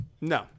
no